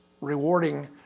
rewarding